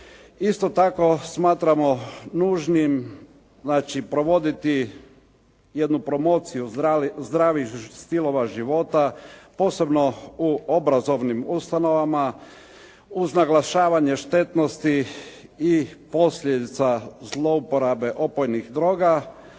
Isto tako smatramo nužnim znači provoditi jednu promociju zdravih stilova života, posebno u obrazovnim ustanovama, uz naglašavanje štetnosti i posljedica zlouporabe opojnih droga.